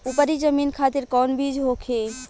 उपरी जमीन खातिर कौन बीज होखे?